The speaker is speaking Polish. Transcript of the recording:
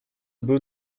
był